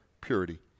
purity